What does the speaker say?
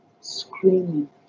Screaming